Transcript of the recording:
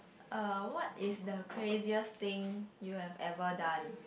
uh what is the craziest thing you have ever done